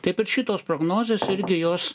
taip ir šitos prognozės irgi jos